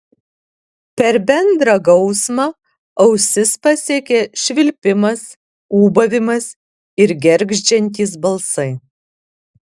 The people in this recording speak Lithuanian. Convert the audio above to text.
per bendrą gausmą ausis pasiekė švilpimas ūbavimas ir gergždžiantys balsai